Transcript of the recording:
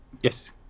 Yes